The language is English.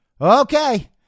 Okay